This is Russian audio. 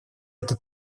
это